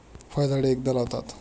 फळझाडे एकदा लावतात